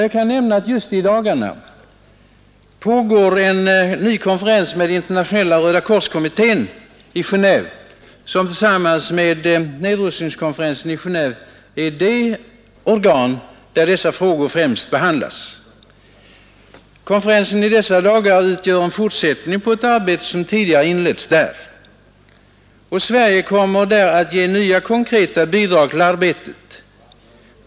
Jag kan nämna att just i dagarna pågår en ny konferens med Internationella rödakorskommittén i Gendve, som tillsammans med nedrustningskonferensen i Gendve är det organ där dessa frågor främst behandlas. Konferensen utgör en fortsättning på ett arbete som tidigare inletts och Sverige kommer där att ge nya konkreta bidrag till arbetet.